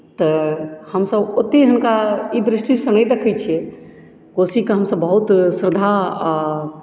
तऽ हमसभ ओतेक हुनका ई दृष्टिसँ नहि देखैत छियै कोशीके हमसभ बहुत श्रद्धा आओर